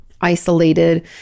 isolated